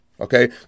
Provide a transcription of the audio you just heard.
okay